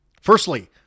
Firstly